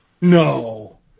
No